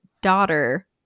daughter